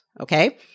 Okay